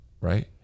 right